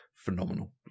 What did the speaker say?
Phenomenal